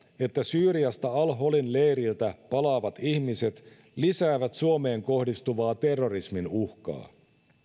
että syyriasta al holin leiriltä palaavat ihmiset lisäävät suomeen kohdistuvaa terrorismin uhkaa